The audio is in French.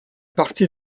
partie